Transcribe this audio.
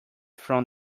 from